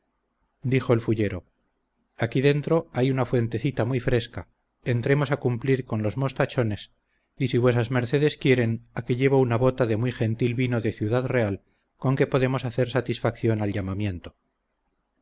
dijo el fullero aquí dentro hay una fuentecita muy fresca entremos a cumplir con los mostachones y si vuesas mercedes quieren aquí llevo una bota de muy gentil vino de ciudad real con que podemos hacer satisfacción al llamamiento